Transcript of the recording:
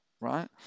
right